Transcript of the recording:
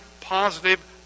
positive